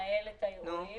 לנהל את האירועים?